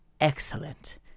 Excellent